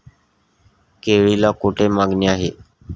केळीला कोठे मागणी आहे?